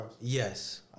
Yes